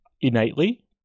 innately